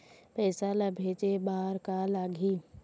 पैसा ला भेजे बार का का लगही?